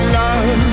love